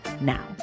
now